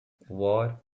war